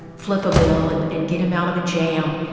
flip a bill and and get him out of a jam.